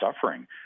suffering